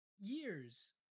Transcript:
years